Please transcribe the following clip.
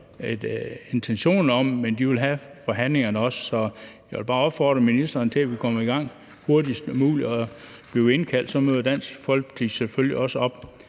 også vil have, at der skal være forhandlinger. Så jeg vil bare opfordre ministeren til, at vi kommer i gang hurtigst muligt, og at vi bliver indkaldt, og så møder Dansk Folkeparti selvfølgelig også op